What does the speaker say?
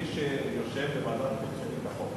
כמי שיושב בוועדת חוץ וביטחון,